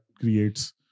creates